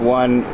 one